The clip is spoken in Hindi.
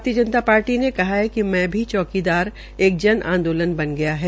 भारतीय जनता पार्टी ने कहा है कि मै भी चौकीदार एक जन आंदोलन बन गया है